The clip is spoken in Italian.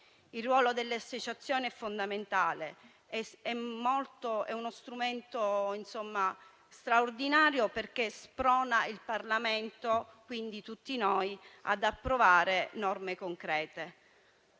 Il ruolo delle associazioni è fondamentale; è uno strumento straordinario, perché sprona il Parlamento, quindi tutti noi, ad approvare norme concrete